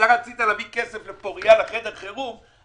כשרצית להביא כסף לחדר חירום בפוריה,